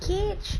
cage